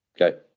okay